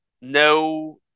no